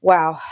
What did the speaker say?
Wow